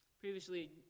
Previously